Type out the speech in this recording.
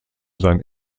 sein